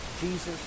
Jesus